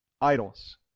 Idols